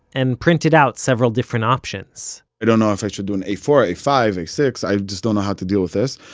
and printed out several different options i don't know if i should do an a four, a five, a six. i just don't know how to deal with this.